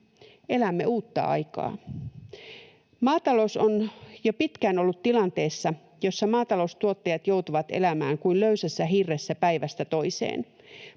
Elämme uutta aikaa. Maatalous on jo pitkään ollut tilanteessa, jossa maataloustuottajat joutuvat elämään kuin löysässä hirressä päivästä toiseen.